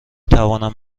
توانم